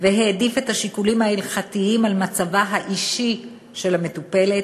והעדיף את השיקולים ההלכתיים על מצבה האישי של המטופלת.